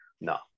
no